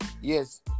Yes